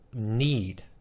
need